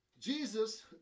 Jesus